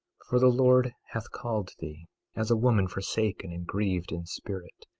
for the lord hath called thee as a woman forsaken and grieved in spirit,